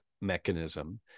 mechanism